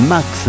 Max